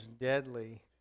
deadly